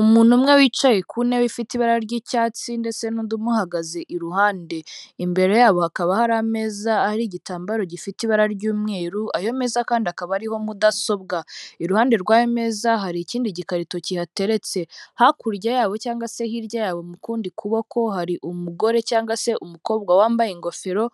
Umuntu umwe wicaye ku ntebe ifite ibara ry'icyatsi ndetse n'undi umuhagaze iruhande, imbere yabo hakaba hari ameza ariho igitambaro gifite ibara ry'umweru, ayo meza kandi akaba ariho mudasobwa. Iruhande rw'aya meza hari ikindi gikarito kihateretse. Hakurya yabo cyangwa se hirya yabo mu kundi kuboko, hari umugore cyangwa se umukobwa wambaye ingofero